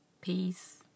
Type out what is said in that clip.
peace